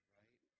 right